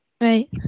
Right